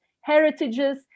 heritages